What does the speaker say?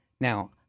Now